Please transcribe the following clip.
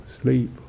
sleep